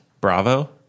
Bravo